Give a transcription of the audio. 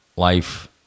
Life